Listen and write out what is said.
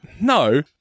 No